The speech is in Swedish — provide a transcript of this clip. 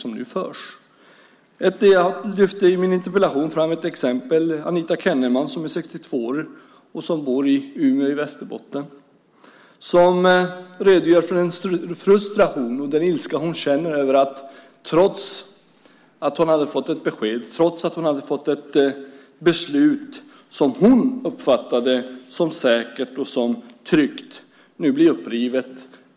Jag lyfte fram ett exempel i min interpellation: Anita Kenneman, 62 år, bor i Umeå i Västerbotten. Hon redogör för den frustration och den ilska hon känner över att det besked, beslut, som hon uppfattade som säkert och tryggt nu blir upprivet.